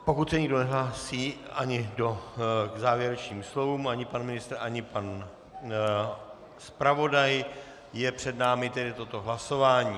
Pokud se nikdo nehlásí ani k závěrečným slovům, ani pan ministr, ani pan zpravodaj, je před námi tedy toto hlasování.